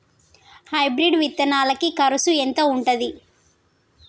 Hybrid విత్తనాలకి కరుసు ఎంత ఉంటది?